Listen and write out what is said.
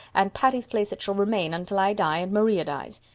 and patty's place it shall remain until i die and maria dies.